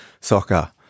soccer